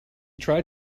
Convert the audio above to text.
tried